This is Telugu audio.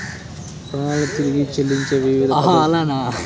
రుణాలను తిరిగి చెల్లించే వివిధ పద్ధతులు ఏమిటి?